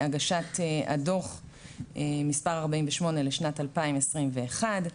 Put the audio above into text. הגשת הדו"ח מס' 48 לשנת 2021,